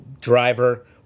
driver